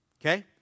okay